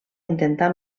intentar